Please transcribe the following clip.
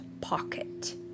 pocket